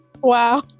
Wow